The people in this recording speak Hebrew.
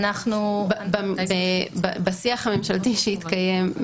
בשיח הממשלתי שהתקיים,